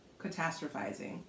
catastrophizing